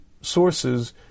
sources